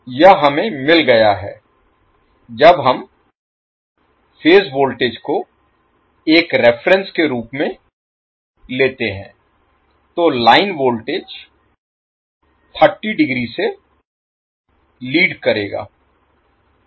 यह हमें मिल गया है जब हम फेज वोल्टेज को एक रेफेरेंस के रूप में लेते हैं तो लाइन वोल्टेज 30 डिग्री से लीड करेगा